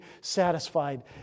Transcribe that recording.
satisfied